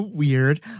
Weird